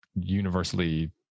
universally